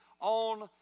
on